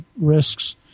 risks